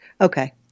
Okay